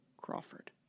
Crawford